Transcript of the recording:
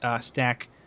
stack